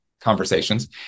conversations